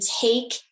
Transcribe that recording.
take